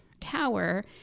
tower